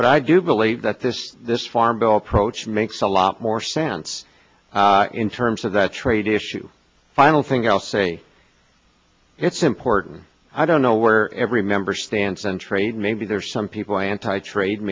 but i do believe that this this farm bill approach makes a lot more sense in terms of the trade issue final thing i'll say it's important i don't know where every member stands and trade maybe there's some people anti trade